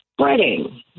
Spreading